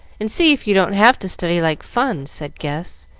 and see if you don't have to study like fun, said gus,